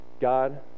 God